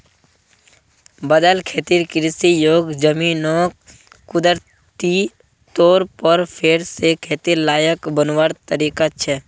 बदल खेतिर कृषि योग्य ज़मीनोक कुदरती तौर पर फेर से खेतिर लायक बनवार तरीका छे